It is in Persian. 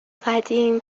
قدیم